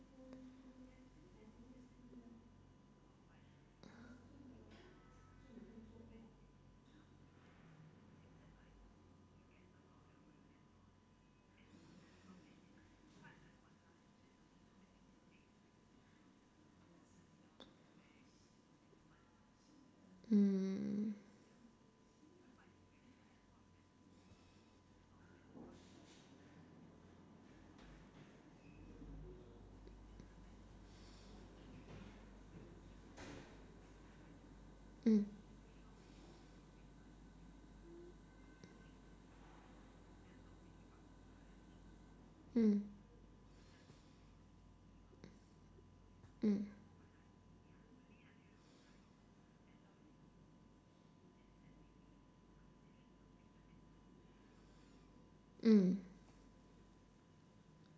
mm mm mm mm mm